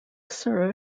sura